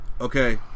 okay